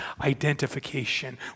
identification